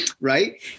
Right